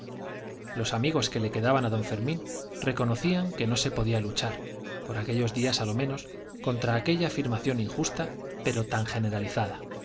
los amigos que le quedaban a don fermín reconocían que no se podía luchar por aquellos días a lo menos contra aquella afirmación injusta pero tan generalizada